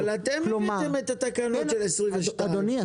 אבל אתם הבאתם את התקנות של 22',